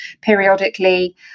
periodically